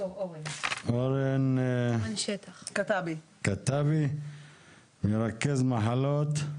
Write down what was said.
דוקטור אורן שטח כתבי, בבקשה.